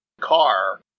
car